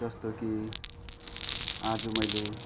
जस्तो कि आज मैले